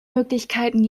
möglichkeiten